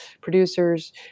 producers